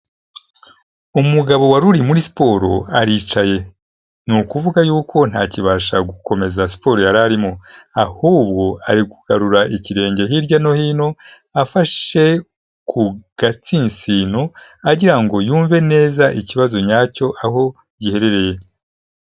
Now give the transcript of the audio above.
Umugabo wari uri muri siporo, aricaye. Ni ukuvuga yuko ntakibasha gukomeza siporo yari arimo, ahubwo ari kugarura ikirenge hirya no hino, afashe ku gatsinsino, agira ngo yumve neza ikibazo nyacyo aho giherereye.